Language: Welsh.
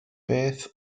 beth